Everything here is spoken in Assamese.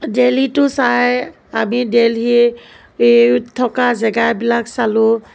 দেলহিটো চাই আমি দেলহিত থকা জেগাবিলাক চালোঁ